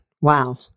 Wow